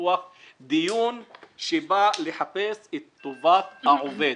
פתוח שבא לחפש את טובת העובד,